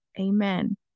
Amen